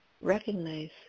Recognize